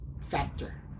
factor